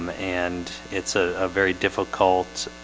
um and it's ah a very difficult